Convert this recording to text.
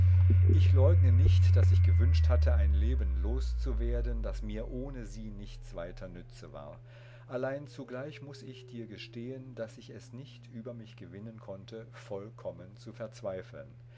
ich leugne nicht daß ich gewünscht hatte ein leben loszuwerden das mir ohne sie nichts weiter nütze war allein zugleich muß ich dir gestehen daß ich es nicht über mich gewinnen konnte vollkommen zu verzweifeln